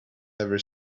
never